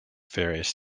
various